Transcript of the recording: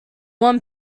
one